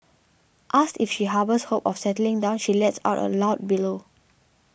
asked if she harbours hopes of settling down she lets out a loud bellow